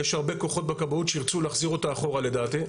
יש הרבה כוחות בכבאות שירצו להחזיר אותה אחורה לדעתי,